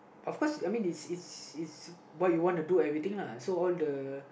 of course I mean it's it's it's what you want to do everything lah so all the